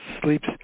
sleeps